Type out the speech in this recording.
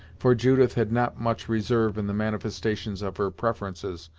for judith had not much reserve in the manifestations of her preferences,